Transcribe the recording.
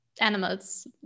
animals